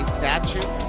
statue